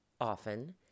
often